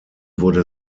wurde